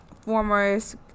formers